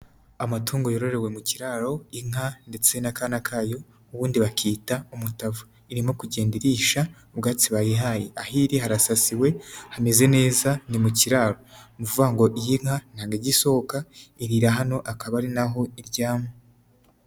Amatungo yororewe mu kiraro inka ndetse n'akana kayo, ubundi bakita umutavu, irimo kugenda irisha ubwatsi bayihaye, aho iiri harasasiwe hameze neza, ni mu kiraro ni ukuvuga ngo iyi nka ntago isohoka iririra hano, akaba ari naho iryama.